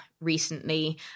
recently